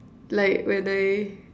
like when I